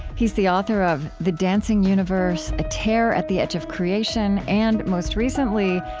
he's the author of the dancing universe, a tear at the edge of creation, and, most recently,